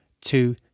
two